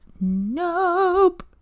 Nope